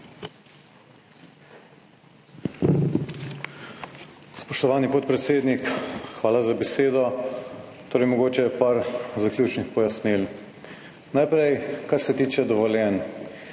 Spoštovani podpredsednik, hvala za besedo. Torej mogoče par zaključnih pojasnil. Najprej, kar se tiče dovoljenj.